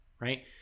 Right